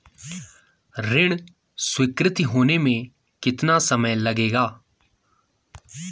ऋण स्वीकृति होने में कितना समय लगेगा?